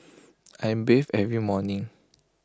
I bathe every morning